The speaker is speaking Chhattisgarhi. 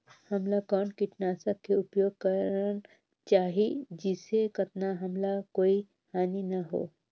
हमला कौन किटनाशक के उपयोग करन चाही जिसे कतना हमला कोई हानि न हो?